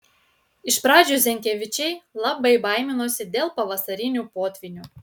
iš pradžių zenkevičiai labai baiminosi dėl pavasarinių potvynių